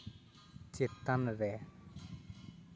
ᱪᱮᱛᱟᱱ ᱨᱮ